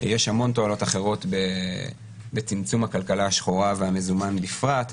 יש המון תועלות אחרות בצמצום הכלכלה השחורה והמזומן בפרט,